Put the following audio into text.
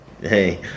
Hey